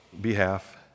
behalf